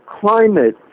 Climate